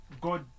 God